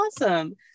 awesome